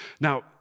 Now